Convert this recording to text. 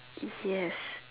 yes